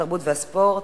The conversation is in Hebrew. התרבות והספורט,